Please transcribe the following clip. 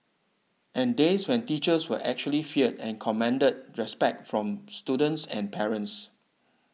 and days when teachers were actually feared and commanded respect from students and parents